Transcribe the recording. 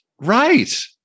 Right